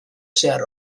zehar